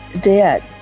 dead